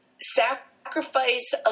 sacrifice